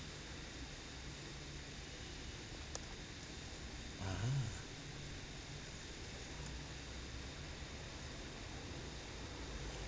ah